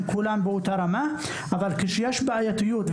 כולם באותה רמה ובמקרים בהם יש מורכבות,